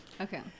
Okay